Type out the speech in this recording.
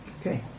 Okay